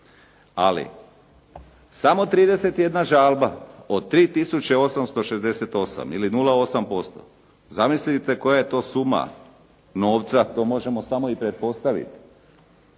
Ali samo 31 žalba, od 3 tisuće 868 ili 0,8%. Zamislite koja je to suma novca, to možemo samo i pretpostaviti.